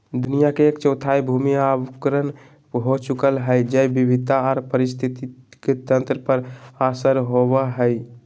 दुनिया के एक चौथाई भूमि अवक्रमण हो चुकल हई, जैव विविधता आर पारिस्थितिक तंत्र पर असर होवई हई